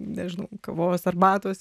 nežinau kavos arbatos